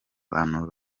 bantu